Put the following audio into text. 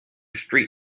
street